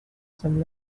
some